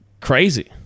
crazy